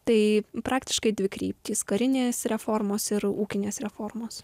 tai praktiškai dvi kryptys karinės reformos ir ūkinės reformos